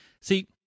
See